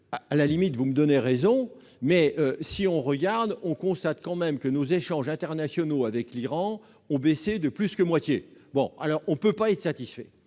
à la limite vous me donner raison, mais si on regarde, on constate quand même que nos échanges internationaux avec l'Iran ont baissé de plus que moitié bon alors on ne peut pas être satisfait,